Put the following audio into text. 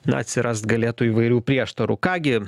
na atsirast galėtų įvairių prieštarų ką gi